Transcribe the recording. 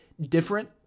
different